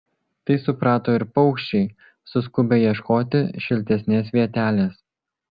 tai suprato ir paukščiai suskubę ieškoti šiltesnės vietelės